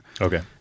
Okay